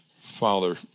Father